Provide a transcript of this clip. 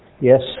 Yes